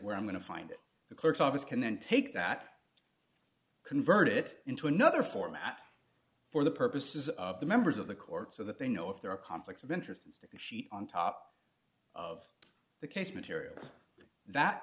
where i'm going to find it the clerk's office can then take that convert it into another format for the purposes of the members of the court so that they know if there are conflicts of interest and sheet on top of the case materials that